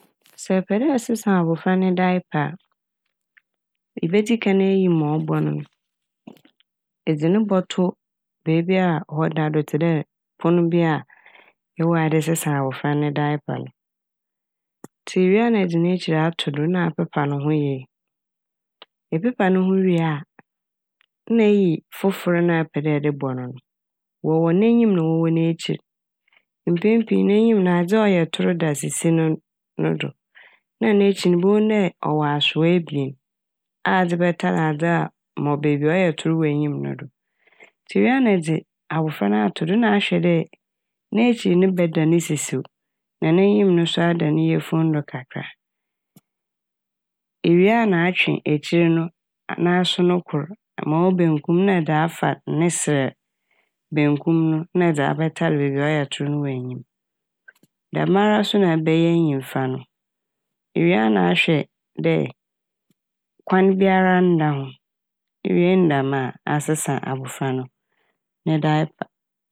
Sɛ ɛpɛ dɛ ɛsesa abofra ne "diaper" a ebedzi kan eyi ma ɔbɔ no no. Edze no bɔtɔ beebi a ɔda do tse dɛ pon bi a ewɔ a ɛde sesa abofra na "diaper" no. Ntsi ewie a na edze n'ekyir ato do na apepa no ho yie. Epepa no ho wie na eyi fofor no a epɛ dɛ ede bɔ no no. Wɔwɔ n'enyim na wɔwɔ n'ekyir. Mpɛn pii no n'enyim no adze a ɔyɛ tor da sisi no - no do, na n'ekyir no ibohu dɛ ɔwɔ asowa ebien a edze bɛtar adze a ma beebi a ɔyɛ tor wɔ enyim no do. Ntsi ewie na edze abofra no ato do na ahwɛ dɛ n'ekyir no bɛda ne sisiw na n'enyim no so ada ne yafun do kakra. Iwie a na atwe ekyir no na- n'aso no kor ma ɔwɔ bankum no na ɛde afa ne serɛ bankum no na ɛdze abɛtar beebi a ɔyɛ tor no wɔ enyim. Dɛmara so na ɛbɛyɛ nyimfa no, iwie a na ahwɛ dɛ kwan biara nnda ho iwie ne dɛm a asesa abofra ne "diaper".